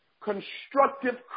constructive